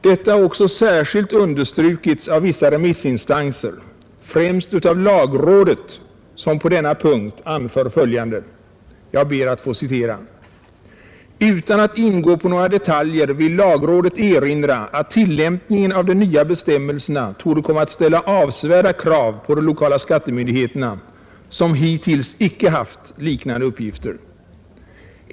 Detta har också särskilt understrukits av vissa remissinstanser, främst av lagrådet som på denna punkt framhöll följande: ”Utan att ingå på några detaljer vill lagrådet erinra om att tillämpningen av de nya bestämmelserna torde komma att ställa avsevärda krav på de lokala skattemyndigheterna som hittills icke haft liknande uppgifter.